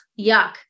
yuck